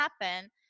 happen